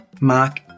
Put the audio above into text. Mark